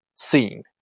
scene